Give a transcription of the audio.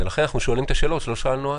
ולכן אנחנו שואלים את השאלות שלא שאלנו אז.